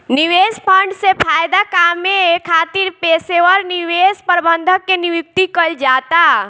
निवेश फंड से फायदा कामये खातिर पेशेवर निवेश प्रबंधक के नियुक्ति कईल जाता